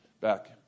back